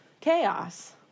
chaos